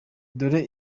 dore